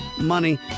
money